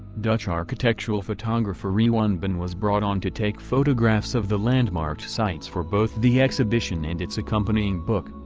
dutch architectural photographer iwan baan was brought on to take photographs of the landmarked sites for both the exhibition and its accompanying book,